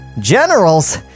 generals